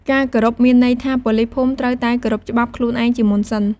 ការគោរពមានន័យថា ប៉ូលីសភូមិត្រូវតែ គោរពច្បាប់ ខ្លួនឯងជាមុនសិន។